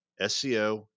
SEO